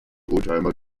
oldtimer